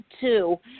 two